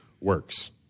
works